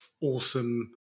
awesome